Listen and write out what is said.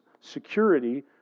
security